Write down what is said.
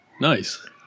Nice